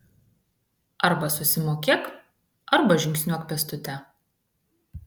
arba susimokėk arba žingsniuok pėstute